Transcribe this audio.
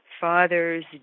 father's